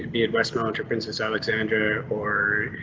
be at westminster, princess alexandra or